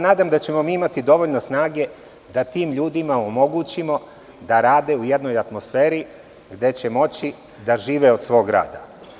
Nadam se da ćemo imati dovoljno snage da tim ljudima omogućimo da rade u jednoj atmosferi gde će moći da žive od svog rada.